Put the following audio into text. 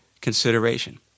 consideration